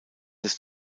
des